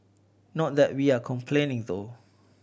not that we are complaining though